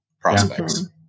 prospects